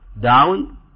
down